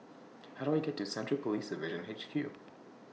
How Do I get to Central Police Division H Q